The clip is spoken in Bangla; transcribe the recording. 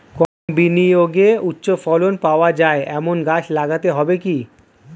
কম বিনিয়োগে উচ্চ ফলন পাওয়া যায় এমন গাছ লাগাতে হবে কি?